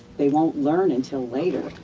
they won't learn until later.